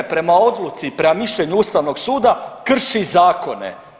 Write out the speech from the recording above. Prema odluci, prema mišljenju Ustavnog suda krši zakone.